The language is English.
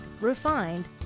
refined